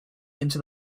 into